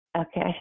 Okay